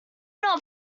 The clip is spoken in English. not